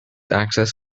axis